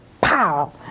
Pow